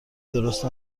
درست